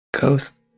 Ghost